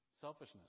selfishness